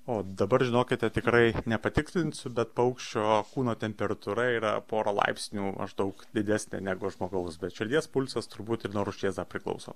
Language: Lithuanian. o dabar žinokite tikrai nepatikslinsiu bet paukščio kūno temperatūra yra pora laipsnių maždaug didesnė negu žmogaus bet širdies pulsas turbūt ir nuo rūšies dar priklauso